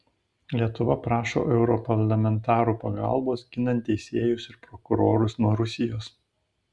lietuva prašo europarlamentarų pagalbos ginant teisėjus ir prokurorus nuo rusijos